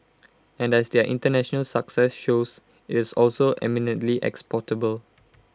and as their International success shows IT is also eminently exportable